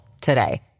today